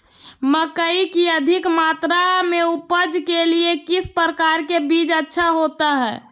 मकई की अधिक मात्रा में उपज के लिए किस प्रकार की बीज अच्छा होता है?